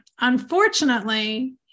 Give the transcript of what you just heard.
Unfortunately